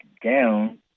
down